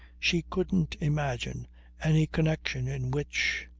she couldn't imagine any connection in which.